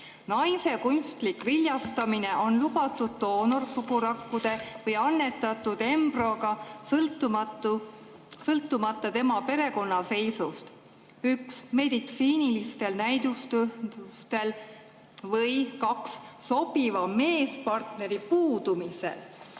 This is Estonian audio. "Naise kunstlik viljastamine on lubatud doonorsugurakkude või annetatud embrüoga sõltumata tema perekonnaseisust: 1) meditsiinilistel näidustustel või 2) sobiva meespartneri puudumisel."